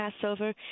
Passover